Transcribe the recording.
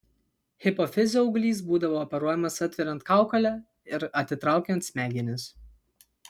hipofizio auglys būdavo operuojamas atveriant kaukolę ir atitraukiant smegenis